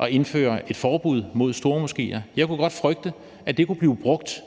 at indføre et forbud mod stormoskéer, kunne bruge det. Jeg kunne altså frygte, at det kunne blive brugt